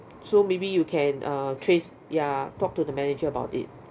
so maybe you can uh trace ya talk to the manager about it